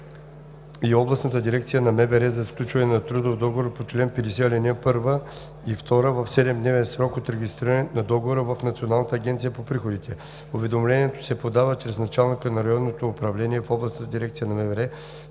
и областната дирекция на МВР за сключването на трудов договор по чл. 50, ал. 1 и 2 в 7-дневен срок от регистрирането на договора в Националната агенция по приходите. Уведомлението се подава чрез началника на районното управление в областната дирекция на МВР,